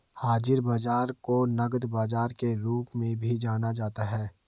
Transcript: हाज़िर बाजार को नकद बाजार के रूप में भी जाना जाता है